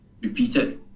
repeated